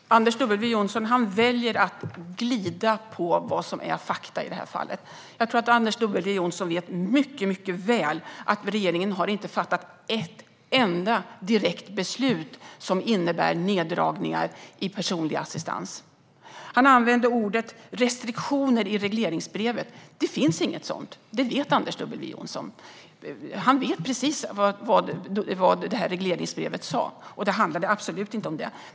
Herr talman! Anders W Jonsson väljer att glida på vad som är fakta i det här fallet. Jag tror att han mycket väl vet att regeringen inte har fattat ett enda beslut som innebär neddragningar i personlig assistans. Han talar om restriktioner i regleringsbrevet. Det finns inga sådana, och det vet Anders W Jonsson. Han vet precis vad som sas i regleringsbrevet, och det handlade absolut inte om det.